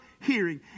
hearing